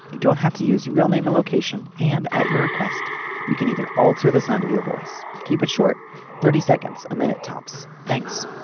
you don't have to use your real name location and at your request we can even alter the sound of your voice. keep it short thirty seconds a minute tops. thanks